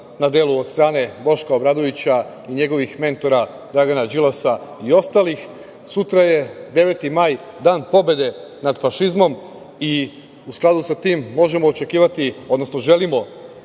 na delu od strane Boška Obradovića i njegovih mentora Dragana Đilasa i ostalih. Sutra je 9. maj, Dan pobede na fašizmom i u skladu sa tim možemo očekivati, odnosno želimo